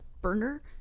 burner